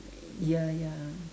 ya ya